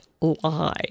lie